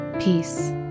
Peace